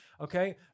Okay